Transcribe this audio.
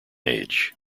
age